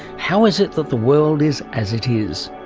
how is it that the world is as it is?